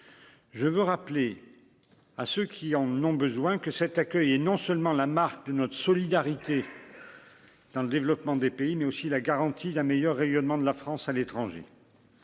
je veux rappeler à ceux qui en ont besoin que cet accueil et non seulement la marque de notre solidarité dans le développement des pays mais aussi la garantie d'un meilleur rayonnement de la France à l'étranger,